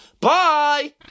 Bye